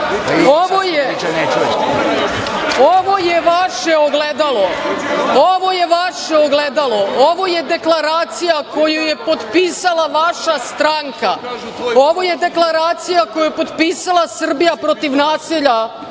Ovo je vaše ogledalo. Ovo je deklaracija koju je potpisala vaša stranka. Ovo je deklaracija koju je potpisala "Srbija protiv nasilja",